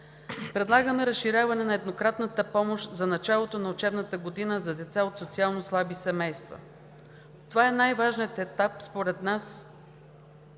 Предлагаме разширяване на еднократната помощ за началото на учебната година за деца от социално слаби семейства. Това е най-важният етап според нас